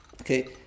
Okay